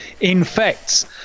infects